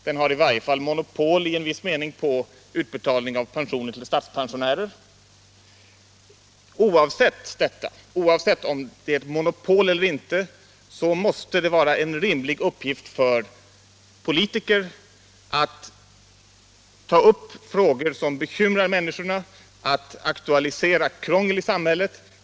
Den har i varje fall monopol i viss mening på utbetalning av pensioner till statspensionärer. Oavsett om det är ett monopol eller inte måste det vara en rimlig uppgift för politiker att ta upp frågor som bekymrar människorna, att aktualisera krångel i samhället.